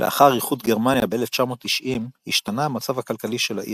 לאחר איחוד גרמניה ב-1990 השתנה המצב הכלכלי של העיר.